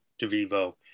DeVivo